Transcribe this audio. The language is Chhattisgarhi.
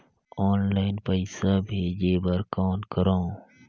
ऑनलाइन पईसा भेजे बर कौन करव?